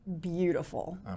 beautiful